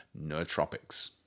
nootropics